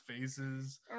faces